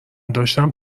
داشتم